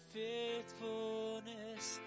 faithfulness